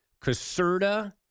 Caserta